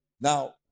Now